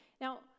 Now